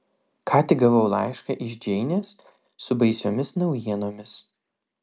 ką tik gavau laišką iš džeinės su baisiomis naujienomis